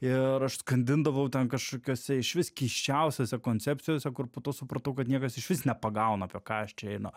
ir aš skandindavau ten kažkokiose išvis keisčiausiose koncepcijose kur po to supratau kad niekas išvis nepagauna apie ką aš čia einu